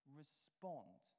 respond